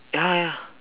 ya ya